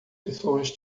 pessoas